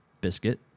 Biscuit